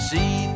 See